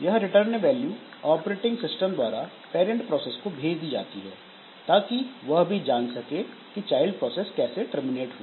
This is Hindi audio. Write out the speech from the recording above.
यह रिटर्न वैल्यू ऑपरेटिंग सिस्टम द्वारा पैरंट प्रोसेस को भेज दी जाती है ताकि वह भी जान सके कि चाइल्ड प्रोसेस कैसे टर्मिनेट हुई